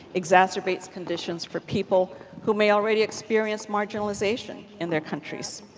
exacerbates conditions for people who may already experience marginalization in their countries.